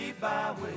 byway